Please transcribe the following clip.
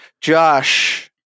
Josh